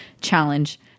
challenge